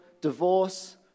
divorce